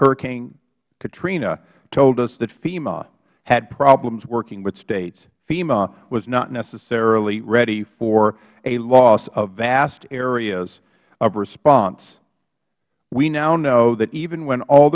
hurricane katrina told us that fema had problems working with states fema was not necessarily ready for a loss of vast areas of response we now know that even when